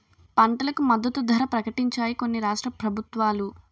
పంటలకు మద్దతు ధర ప్రకటించాయి కొన్ని రాష్ట్ర ప్రభుత్వాలు